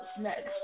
next